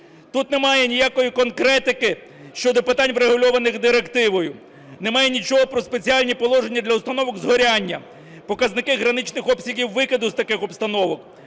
Тут немає ніякої конкретики щодо питань, врегульованих директивою. Немає нічого про спеціальні положення для установок згорання, показники граничних обсягів викиду з таких обстановок,